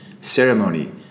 ceremony